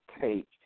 take